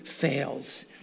fails